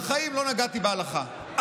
בחיים לא נגעתי בהלכה,